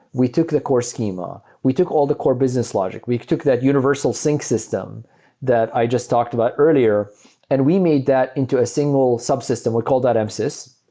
we took the core schema. we took all the core business logic. we took that universal sync system that i just talked about earlier and we made that into a single subsystem. we call that msys.